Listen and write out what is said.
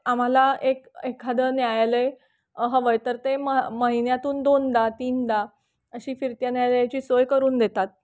आम्हाला एक एखादं न्यायालय हवं आहे तर ते म महिन्यातून दोनदा तीनदा अशी फिरत्या न्यायालयाची सोय करून देतात